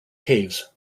caves